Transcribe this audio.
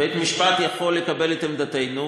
בית-המשפט יכול לקבל את עמדתנו,